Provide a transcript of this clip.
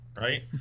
right